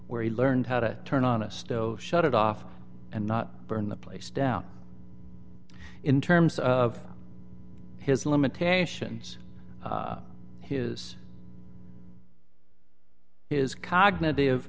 where he learned how to turn on a stove shut it off and not burn the place down in terms of his limitations his is cognitive